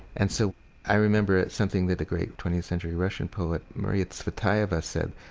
and so i remember something that the great twentieth century russian poet marina tsvetaeva said,